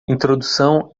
introdução